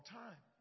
time